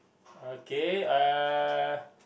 okay uh